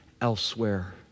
elsewhere